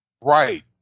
Right